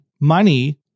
money